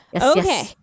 okay